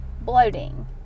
bloating